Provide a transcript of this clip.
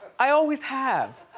i always have.